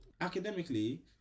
academically